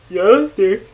the other thing